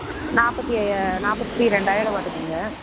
நாற்பத்தி ஏ நாற்பத்தி ரெண்டாயிரம் வருதுங்க